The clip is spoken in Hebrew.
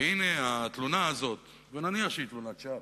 והנה, התלונה הזאת, ונניח שהיא תלונת שווא,